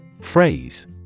Phrase